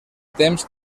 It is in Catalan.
temps